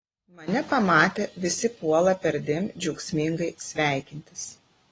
mane pamatę visi puola perdėm džiaugsmingai sveikintis